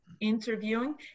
interviewing